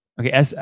Okay